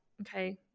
okay